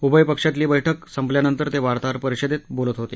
उभय पक्षातली बैठक संपल्यानंतर ते वार्ताहर परिषदेत बोलत होते